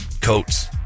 coats